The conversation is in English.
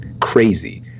crazy